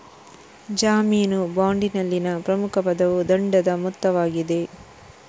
ಜಾಮೀನು ಬಾಂಡಿನಲ್ಲಿನ ಪ್ರಮುಖ ಪದವು ದಂಡದ ಮೊತ್ತವಾಗಿದೆ